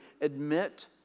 admit